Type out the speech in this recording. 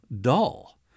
dull